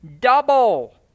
double